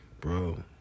bro